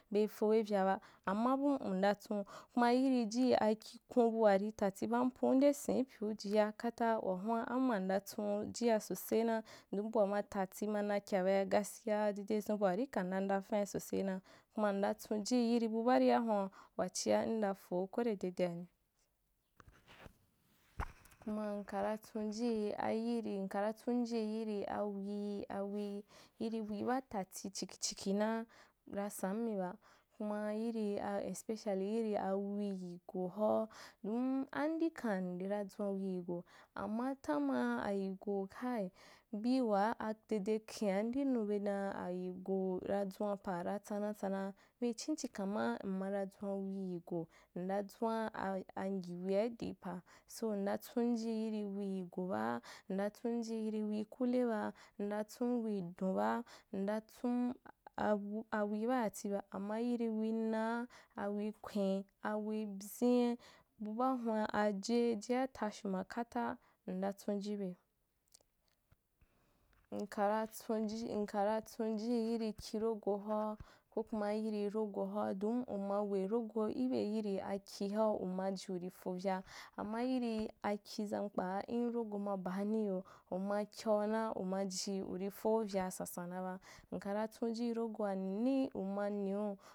Beī fobe vyaba, amma bum nda tsum kuma yiri ji akikum bua ri tati banpun u nde senipyu ujia kata wahuŋa amma ndatsu jia sosena doa bya ma tati ma nakyabea gaskiya dedfun buari kana ndafani sosena kuma ndatsunji yiri bu baaria hun’a wachia n dapo kwen de de’ani, ku ma nkara tsunji a yiri – nkara tsunji yiri awî awi yiriwi baa tati chikhi chikhinaa, ra sammiba, kuma yiri a especially yiri awi yi go hoa, don andikam ndi na dzwanwi yigo, amma tama ayigo hai, bii waa adede khen’a n dinu be dan ayigo ra dzwanpa ra tsana tsanaa, vini chim chikamma m ma ra dzwan wi yigo nda dzwan a angi wia idipa, so nda tsunjì yir wi yigo baa, nda tsunji yiri wi kule baa, nda tsun wi don baa, ndatsum abu awi baati ba, amma yiri awi naa awikwen, awi byina bu baa hun’a, aje je atash unma kata nda tsunji be, nkara tsunji – nkara tsunji yiri kirogo hoa, ko kuma yiri, rogo hoa don uma we rogo ibe yirì aki hau umaji urī fovya, amma yirì aki zankpaa inrogo ma baani yoni uma kyauna umaji urî foovyaa sansana ba, nka ra tsunji rogoa ninii, uma niu.